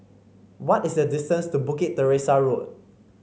what is the distance to Bukit Teresa Road